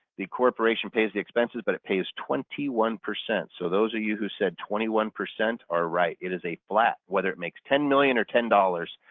the corporation pays the expenses but it pays twenty one percent so those of you who said twenty one percent are right. it is a flat, whether it makes ten million or ten dollars,